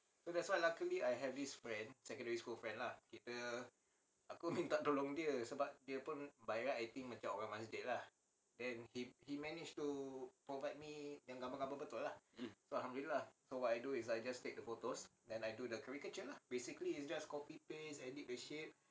mm